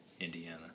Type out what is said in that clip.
Indiana